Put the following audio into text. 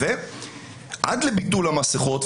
עד לביטול המסכות,